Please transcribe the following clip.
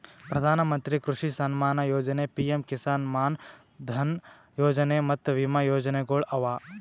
ಪ್ರಧಾನ ಮಂತ್ರಿ ಕೃಷಿ ಸಮ್ಮಾನ ಯೊಜನೆ, ಪಿಎಂ ಕಿಸಾನ್ ಮಾನ್ ಧನ್ ಯೊಜನೆ ಮತ್ತ ವಿಮಾ ಯೋಜನೆಗೊಳ್ ಅವಾ